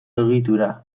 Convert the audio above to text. egitura